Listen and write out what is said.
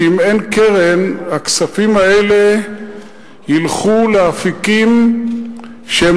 שאם אין קרן הכספים האלה ילכו לאפיקים שהם